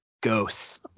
Ghosts